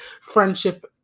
friendship